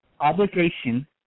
obligation